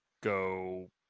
go